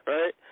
Right